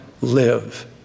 live